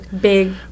big